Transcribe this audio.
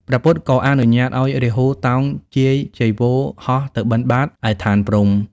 ព្រះពុទ្ធក៏អនុញ្ញាតឱ្យរាហូតោងជាយចីវរហោះទៅបិណ្ឌបាតឯឋានព្រហ្ម។